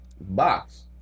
box